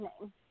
name